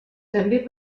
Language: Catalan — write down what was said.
també